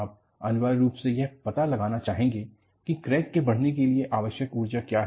आप अनिवार्य रूप से यह पता लगाना चाहेंगे कि क्रैक के बढ़ने के लिए आवश्यक ऊर्जा क्या है